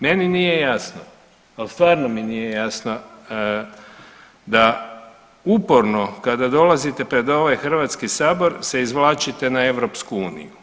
Meni nije jasno, ali stvarno mi nije jasno da uporno kada dolazite pred ovaj Hrvatski sabor se izvlačite na EU.